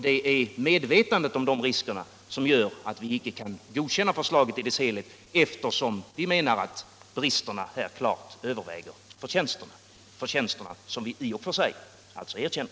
Det är medvetandet om dessa risker som gör att vi inte kan godkänna förslaget i dess helhet. Vi menar att bristerna klart överväger de förtjänster, vilka vi i och för sig erkänner.